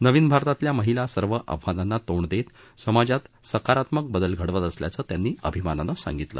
नवीन भारतातल्या महिला सर्व आव्हानांना तोंड देत समाजात सकारात्मक बदल घडवत असल्याचं त्यांनी अभिमानानं सांगितलं